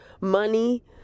money